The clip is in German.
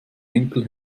henkel